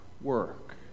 work